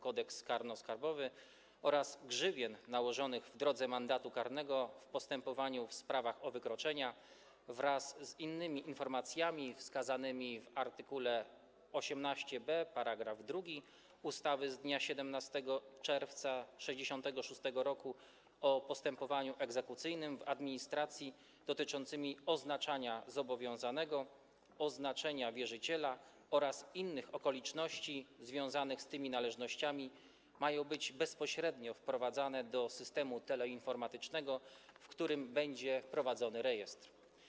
Kodeks karny skarbowy oraz grzywien nałożonych w drodze mandatu karnego w postępowaniu w sprawach o wykroczenia, wraz z innymi informacjami wskazanymi w art. 18b § 2 ustawy z dnia 17 czerwca 1966 r. o postępowaniu egzekucyjnym w administracji, dotyczącymi oznaczenia zobowiązanego, oznaczenia wierzyciela oraz innych okoliczności związanych z tymi należnościami mają być bezpośrednio wprowadzane do systemu teleinformatycznego, w którym będzie prowadzony rejestr.